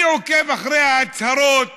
אני עוקב אחרי ההצהרות